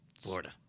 Florida